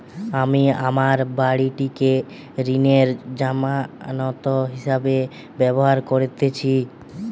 আমি আমার বাড়িটিকে ঋণের জামানত হিসাবে ব্যবহার করেছি